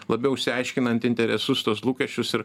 labiau išsiaiškinant interesus tuos lūkesčius ir